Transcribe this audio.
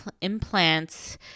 implants